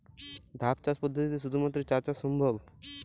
ধাপ চাষ পদ্ধতিতে শুধুমাত্র চা চাষ সম্ভব?